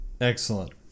Excellent